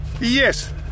Yes